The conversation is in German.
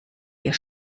ihr